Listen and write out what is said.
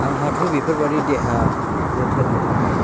आंहाथ' बेफोरबायदि देहा जोथोननि थाखाय